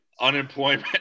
unemployment